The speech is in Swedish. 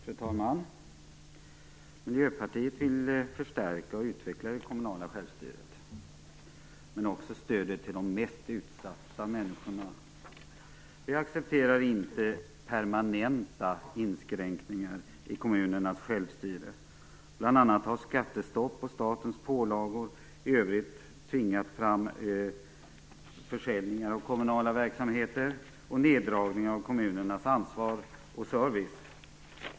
Fru talman! Miljöpartiet vill förstärka och utveckla det kommunala självstyret, men också stödet till de mest utsatta människorna. Vi accepterar inte permanenta inskränkningar i kommunernas självstyre. Bl.a. skattestopp och statens pålagor i övrigt har tvingat fram försäljningar av kommunala verksamheter och neddragningar av kommunernas ansvar och service.